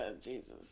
Jesus